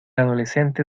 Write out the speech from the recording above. adolescente